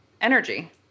energy